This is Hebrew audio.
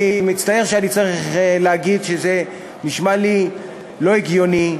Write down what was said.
אני מצטער שאני צריך להגיד שזה נשמע לי לא הגיוני.